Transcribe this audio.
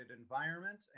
environment